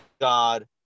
God